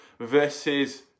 versus